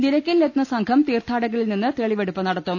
നിലക്കലിലെത്തുന്ന സംഘം തീർത്ഥാടകരിൽ നിന്ന് തെളിവെടുപ്പ് നടത്തും